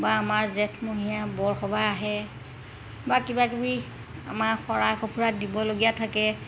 বা আমাৰ জেঠমহীয়া বৰসভাহ আহে বা কিবাকিবি আমাৰ শৰাই সঁফুৰা দিবলগীয়া থাকে